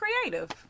creative